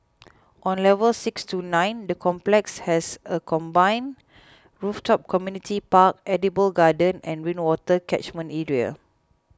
on levels six to nine the complex has a combined rooftop community park edible garden and rainwater catchment area